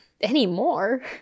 Anymore